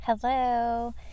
Hello